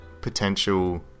potential